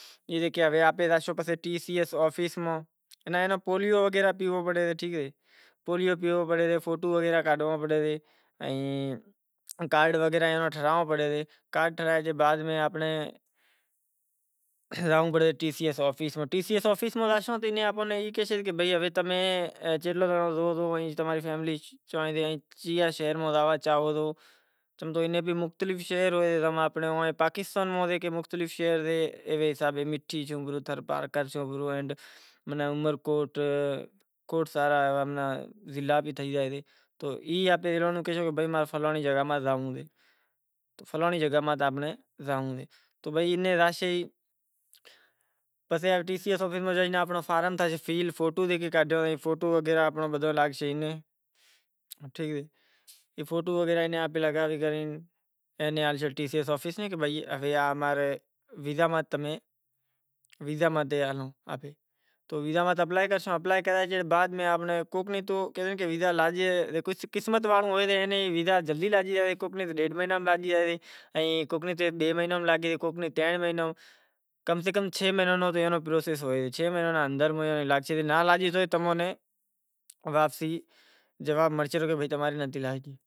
ای جیکے ہوے آپیں جاسوں پسے ٹی سی ایس آفیس ماں پسےپولیو وغیرہ پینڑو پڑے سے فوٹو وغیرہ کاڈھنڑو پڑے سے ائیں کارڈ وغیرہ ٹھوراْنڑو پڑے سے پست ٹی سی یس آفیس میں زاشاں تو پوسشیں کہ بھائی تماری فئملی کیتلی سے کیوے شہر میں جانونڑ چاہو سو ایئں بھی مختلف شہر سے مٹھی تھرپارکر ماناں عمرکوٹ کھوڑ سارا آنپڑا ضلعا بھی ہوئیں تو ای کہاسوں کہ بھائی فلانڑی جگا ماہ جائوں۔ فلانڑی جگا میں آنپاں نے جانوڑو سے۔ بھئی اینے جاسے پسے ٹی سی آفیس میں آنپڑو فارم تھاسے فیل پسے فوٹو وغیرہ کاڈھنڑو پڑسے اگر ٹھیک اے فوٹو وغیرہ لاگے پسے ویزا ماتھے ہالوں۔ ویزا ماتھے اپلائے کرے پسے کو قسمت واڑو ہوسے تو ویزا جلدی لاگے۔